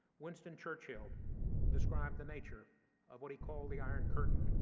winston churchill described the nature of what he called the iron curtain,